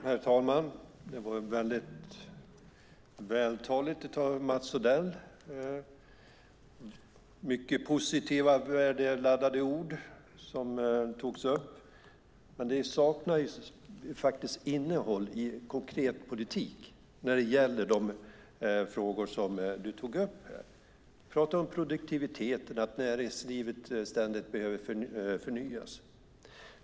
Herr talman! Det var väldigt vältaligt av Mats Odell, mycket positiva, värdeladdade ord som togs upp. Men de frågor som du tog upp saknar konkret politiskt innehåll. Du pratade om produktiviteten, att näringslivet ständigt behöver förnyelse.